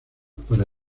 para